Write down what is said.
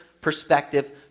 perspective